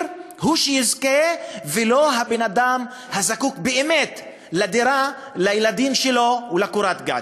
הוא שיזכה ולא הבן-אדם שזקוק באמת לדירה לילדים שלו ולקורת גג.